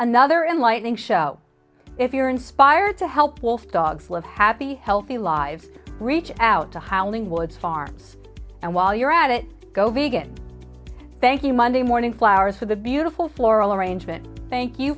another enlightening show if you're inspired to help wolf dogs live happy healthy lives reach out to hollywood's farms and while you're at it go vegan thank you monday morning flowers for the beautiful floral arrangement thank you